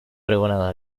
pregonada